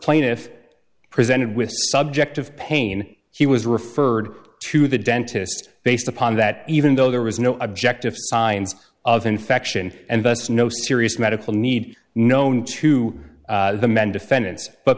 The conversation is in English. plaintiff presented with subjective pain he was referred to the dentist based upon that even though there was no objective signs of infection and thus no serious medical need known to the men defendants but